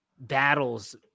battles